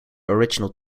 original